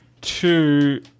two